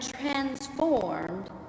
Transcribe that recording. transformed